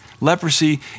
Leprosy